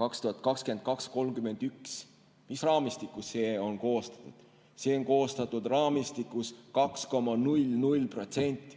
2022–2031 – mis raamistikus see on koostatud? See on koostatud raamistikus 2,00%.